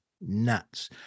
nuts